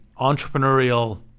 entrepreneurial